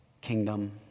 kingdom